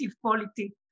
quality